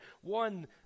one